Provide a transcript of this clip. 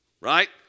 right